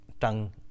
tongue